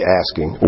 asking